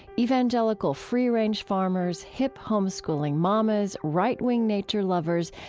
evangelical free-range farmers, hip homeschooling mamas, right-wing nature lovers,